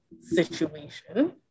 situation